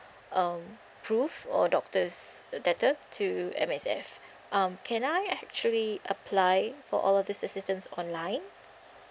um prove or doctor's letter to M_S_F um can I actually applying for all of this assistance online